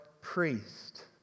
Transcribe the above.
priest